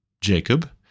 Jacob